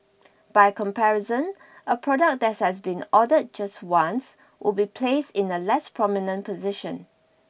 by comparison a product that has been ordered just once would be placed in a less prominent position